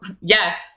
yes